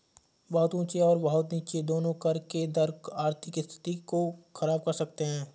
बहुत ऊँचे और बहुत नीचे दोनों कर के दर आर्थिक स्थिति को ख़राब कर सकते हैं